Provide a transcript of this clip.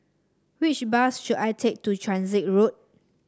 which bus should I take to Transit Road